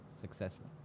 successful